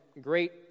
great